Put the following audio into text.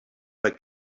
bei